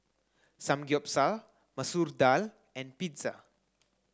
Samgyeopsal Masoor Dal and Pizza